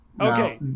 Okay